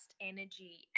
energy